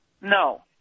No